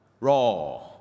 Raw